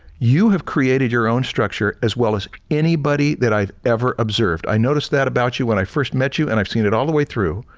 you have created your own structure as well as anybody that i have ever observed. i noticed that about you when i first met you and i have seen it all the way through.